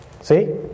See